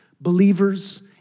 believers